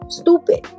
stupid